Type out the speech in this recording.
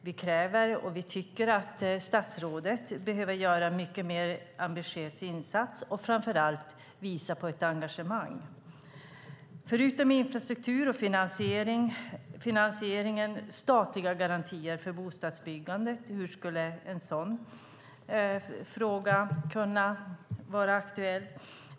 Vi tycker att statsrådet behöver göra en mycket mer ambitiös insats och framför allt visa på ett engagemang. Förutom infrastruktur och finansiering gäller det statliga garantier för bostadsbyggandet. Hur skulle en sådan fråga kunna vara aktuell?